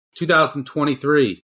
2023